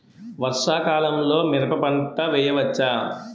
వర్షాకాలంలో మిరప పంట వేయవచ్చా?